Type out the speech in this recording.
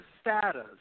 status